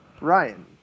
Ryan